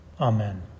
Amen